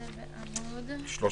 בעמוד 13,